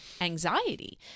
anxiety